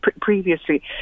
previously